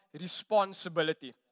responsibility